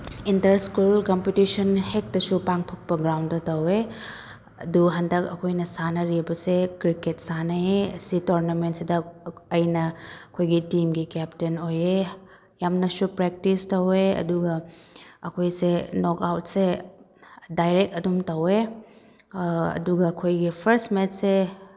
enter school competition ꯍꯦꯛꯇꯁꯨ ꯄꯥꯡꯊꯣꯛꯄ ꯒ꯭ꯔꯥꯎꯟꯗ ꯇꯧꯋꯦ ꯑꯗꯨ ꯍꯟꯗꯛ ꯑꯩꯈꯣꯏꯅ ꯁꯥꯟꯅꯔꯤꯕꯁꯦ ꯀ꯭ꯔꯤꯀꯦꯠ ꯁꯥꯟꯅꯩꯌꯦ ꯑꯁꯤ ꯇꯣꯔꯅꯥꯃꯦꯟꯁꯤꯗ ꯑꯩꯅ ꯑꯩꯈꯣꯏꯒꯤ ꯇꯤꯝꯒꯤ ꯀꯦꯞꯇꯦꯟ ꯑꯣꯏꯌꯦ ꯌꯥꯝꯅꯁꯨ ꯄ꯭ꯔꯦꯛꯇꯤꯁ ꯇꯧꯋꯦ ꯑꯗꯨꯒ ꯑꯩꯈꯣꯏꯁꯦ ꯅꯣꯛ ꯑꯥꯎꯠꯁꯦ ꯗꯥꯏꯔꯦꯛ ꯑꯗꯨꯝ ꯇꯧꯋꯦ ꯑꯗꯨꯒ ꯑꯩꯈꯣꯏꯒꯤ ꯐꯔꯁ ꯃꯦꯠꯆꯁꯦ